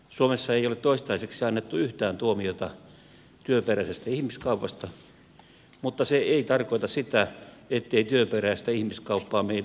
suomessa ei ole toistaiseksi annettu yhtään tuomiota työperäisestä ihmiskaupasta mutta se ei tarkoita sitä ettei työperäistä ihmiskauppaa meillä esiintyisi